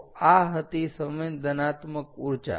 તો આ હતી સંવેદનાત્મક ઊર્જા